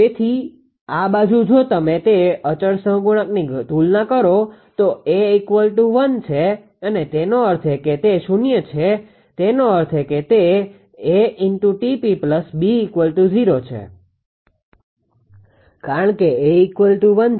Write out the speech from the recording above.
તેથી આ બાજુ જો તમે તે અચળ સહ ગુણાંકની તુલના કરો તો 𝐴1 છે અને તેનો અર્થ એ કે તે શૂન્ય છે તેનો અર્થ એ કે તે 𝐴𝑇𝑃 𝐵 0 છે કારણ કે A1 છે